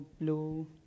blue